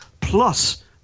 plus